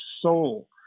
soul